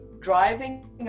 driving